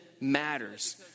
matters